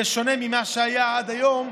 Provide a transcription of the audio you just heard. בשונה ממה שהיה עד היום,